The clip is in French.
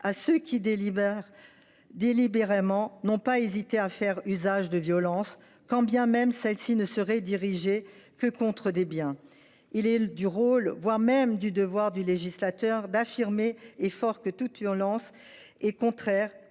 de ceux qui, délibérément, n’ont pas hésité à faire usage de la violence, quand bien même celle ci ne serait dirigée que contre des biens. Il est du rôle, voire du devoir du législateur d’affirmer haut et fort que toute violence est contraire